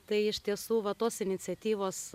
tai iš tiesų va tos iniciatyvos